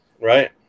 Right